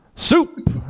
Soup